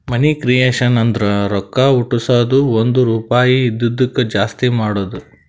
ಮನಿ creation ಅಂದುರ್ ರೊಕ್ಕಾ ಹುಟ್ಟುಸದ್ದು ಒಂದ್ ರುಪಾಯಿ ಇದಿದ್ದುಕ್ ಜಾಸ್ತಿ ಮಾಡದು